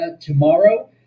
tomorrow